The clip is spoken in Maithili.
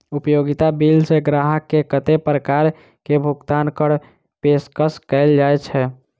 उपयोगिता बिल सऽ ग्राहक केँ कत्ते प्रकार केँ भुगतान कऽ पेशकश कैल जाय छै?